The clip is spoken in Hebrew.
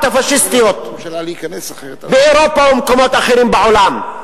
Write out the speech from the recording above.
הפאשיסטיות באירופה ובמקומות אחרים בעולם,